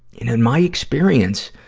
in my experience,